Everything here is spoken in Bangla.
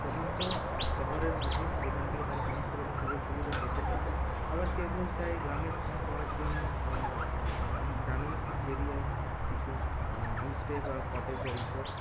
প্রধানত শহরের মাঝে যেখান থেকে তারা সমস্ত রকম সুযোগ সুবিধা পেতে পারে আবার কেউ কেউ চায় গ্রামের ছোঁয়া পাওয়ার জন্য গ্রাম গ্রামীণ এরিয়ায় কিছু তা হোমস্টে বা কটেজ বা রিসর্ট